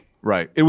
Right